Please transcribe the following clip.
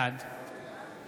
בעד